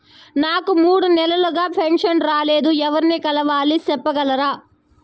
నాకు మూడు నెలలుగా పెన్షన్ రాలేదు ఎవర్ని కలవాలి సెప్పగలరా?